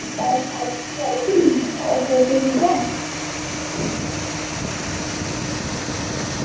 अस बी खरे होर सेह्त ठीक ऐ